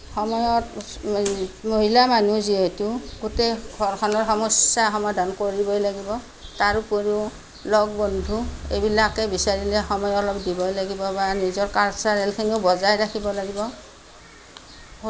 সময়ত মহিলা মানুহ যিহেতু গোটেই ঘৰখনৰ সমস্যা সমাধান কৰিবই লাগিব তাৰ উপৰিও লগ বন্ধু এইবিলাকে বিচাৰিলে সময় অলপ দিবই লাগিব বা নিজৰ কালচাৰেলখিনিও বজাই ৰাখিব লাগিব